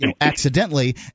accidentally